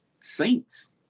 Saints